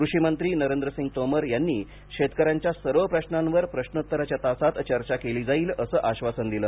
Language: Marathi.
कृषी मंत्री नरेंद्र सिंग तोमर यांनी शेतकऱ्यांचे सर्व प्रश्नांवर प्रश्नोत्तराच्या तासात चर्चा केली जाईल असं आश्वासन दिलं